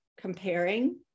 comparing